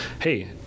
hey